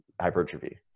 hypertrophy